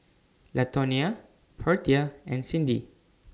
Latonia Portia and Cyndi